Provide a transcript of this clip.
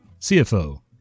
CFO